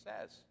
says